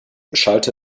schallte